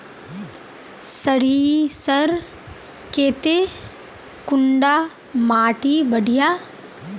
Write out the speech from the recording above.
सरीसर केते कुंडा माटी बढ़िया?